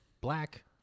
black